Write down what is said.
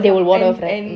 oh they will ward off right